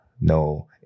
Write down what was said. no